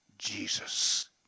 Jesus